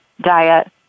diet